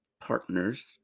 partners